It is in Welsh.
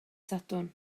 sadwrn